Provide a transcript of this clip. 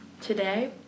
Today